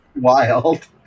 wild